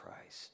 Christ